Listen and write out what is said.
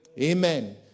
Amen